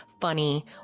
funny